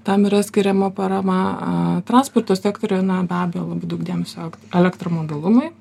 tam yra skiriama parama transporto sektoriuje na be abejo labai daug dėmesio elektromobilumui